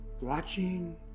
watching